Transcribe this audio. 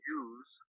use